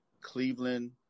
Cleveland